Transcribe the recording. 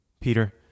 Peter